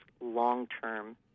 long-term